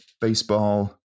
baseball